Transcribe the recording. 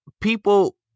people